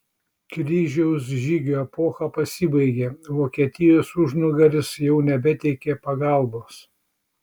kryžiaus žygių epocha pasibaigė vokietijos užnugaris jau nebeteikė pagalbos